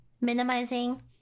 minimizing